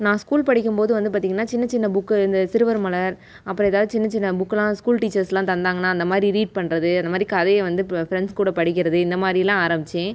நான் ஸ்கூல் படிக்கும் போது வந்து பார்த்திங்கன்னா சின்ன சின்ன புக்கு இந்த சிறுவர்மலர் அப்புறம் ஏதாவது சின்ன சின்ன புக்கெலாம் ஸ்கூல் டீச்சர்ஸ்லாம் தந்தாங்கன்னா அந்தமாதிரி ரீட் பண்ணுறது அந்தமாதிரி கதையை வந்து ஃப்ரெண்ட்ஸ் கூட படிக்கிறது இந்தமாதிரிலாம் ஆரமித்தேன்